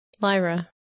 Lyra